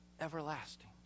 everlasting